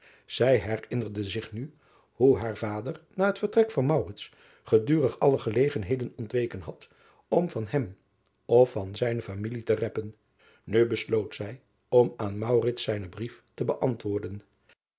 ij herinnerde zich nu hoe haar vader na het vertrek van gedurig alle gelegenheden ontweken had om van hem of van zijne familie te reppen u besloot zij om aan zijnen brief te beantwoorden